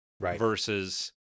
versus